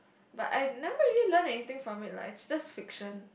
but I never really learn anything from it lah it's just fiction